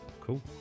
Cool